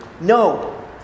No